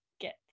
get